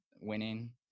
winning